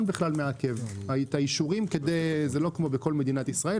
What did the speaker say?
מעכב את האישורים כי זה לא כמו במדינת ישראל,